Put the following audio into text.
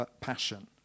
passion